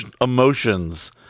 emotions